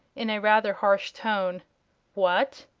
in a rather harsh tone what!